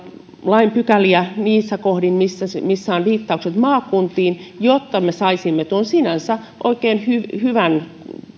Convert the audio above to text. lain pykäliä niissä kohdin missä on viittaukset maakuntiin jotta me saisimme tuon sinänsä oikein